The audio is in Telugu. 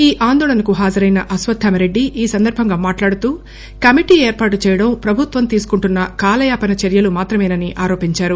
ఈ ఆందోళనకు హాజరయిన అశ్వత్థామ రెడ్డి ఈ సందర్బంగా మాట్లాడుతూ కమిటీ ఏర్పాటు చేయటం ప్రభుత్వ తీసుకుంటున్న కాలయాపన చర్యలు మాత్రమేనని ఆరోపించారు